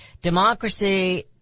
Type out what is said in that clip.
Democracy